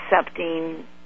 accepting